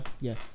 Yes